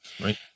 Right